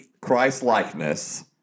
Christ-likeness